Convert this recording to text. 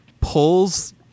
pulls